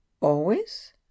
Always